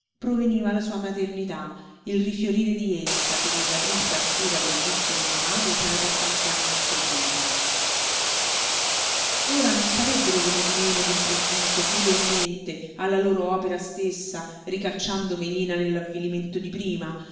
proveniva la sua maternità il rifiorire di essa che nella trista arsura del vizio non amato s'era per tanti anni isterilita ora non sarebbero venuti meno d'improvviso crudelmente alla loro opera stessa ricacciando melina nell'avvilimento di prima